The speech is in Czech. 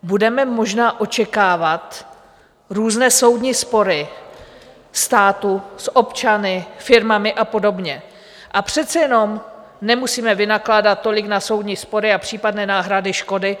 Budeme možná očekávat různé soudní spory státu s občany, firmami a podobně, a přece jenom nemusíme vynakládat tolik na soudní spory a případné náhrady škody.